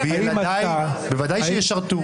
וילדיי, בוודאי שישרתו.